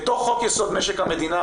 בתוך יסוד: משק המדינה,